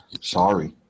sorry